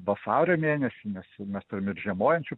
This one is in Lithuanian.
vasario mėnesį nes mes turim ir žiemojančių